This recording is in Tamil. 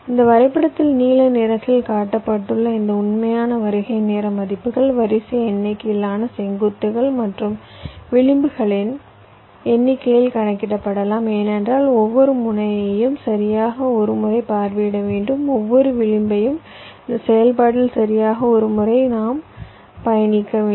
இந்த வரைபடத்தில் நீல நிறத்தில் காட்டப்பட்டுள்ள இந்த உண்மையான வருகை நேர மதிப்புகள் வரிசை எண்ணிக்கையிலான செங்குத்துகள் மற்றும் விளிம்புகளின் எண்ணிக்கையில் கணக்கிடப்படலாம் ஏனென்றால் ஒவ்வொரு முனையையும் சரியாக ஒரு முறை பார்வையிட வேண்டும் ஒவ்வொரு விளிம்பையும் இந்த செயல்பாட்டில் சரியாக ஒரு முறை நாம் பயணிக்க வேண்டும்